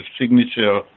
signature